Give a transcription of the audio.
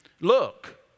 look